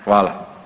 Hvala.